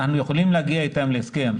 אנחנו יכולים להגיע להסכם.